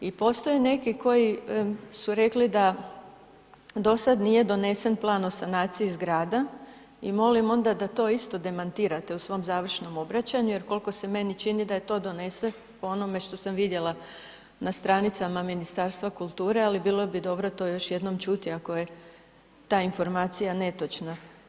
I postoje neki koji su rekli da do sada nije donesen plan o sanaciji zgrada i molim onda da to isto demantirate u svom završnom obraćanju jer koliko se meni čini da je to doneseno po onome što sam vidjela na stranicama Ministarstva kulture, ali bilo bi dobro to još jednom čuti ako je ta informacija netočna.